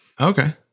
Okay